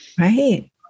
Right